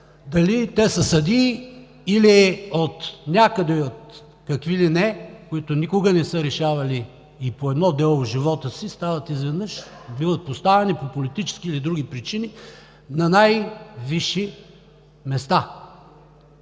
дали те са съдии, или от някъде, от какви ли не, които никога не са решавали и по едно дело в живота си, изведнъж стават, биват поставени по политически или други причини на най-висши места.